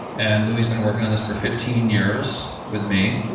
and louie's been working on this for fifteen years with me.